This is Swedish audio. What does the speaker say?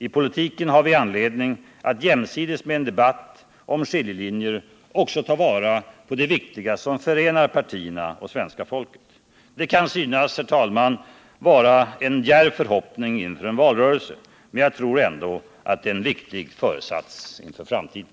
I politiken har vi anledning att jämsides med en debatt om skiljelinjer också ta vara på det viktiga som förenar partierna och svenska folket. Det kan, herr talman, synas vara en djärv förhoppning inför en valrörelse, men jag tror ändå att det är en viktig föresats inför framtiden.